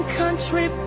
country